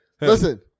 listen